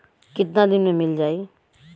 कितना दिन में मील जाई?